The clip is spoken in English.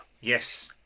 Yes